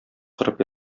корып